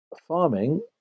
farming